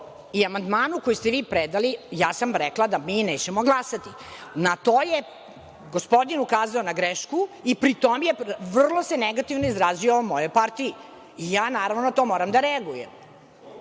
i amandmanu koji ste vi predali, ja sam rekla da mi nećemo glasati. Na to je gospodin ukazao na grešku, i pri tom se vrlo negativno izrazio o mojoj partiji. Ja naravno na to moram da reagujem. To